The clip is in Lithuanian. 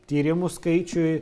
tyrimų skaičiui